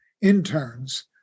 interns